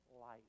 life